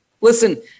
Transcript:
listen